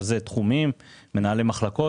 5 מיליון שקלים.